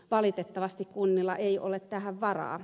valitettavasti kunnilla ei ole tähän varaa